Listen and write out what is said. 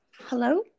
hello